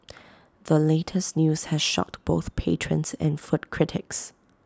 the latest news has shocked both patrons and food critics